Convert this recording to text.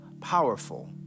powerful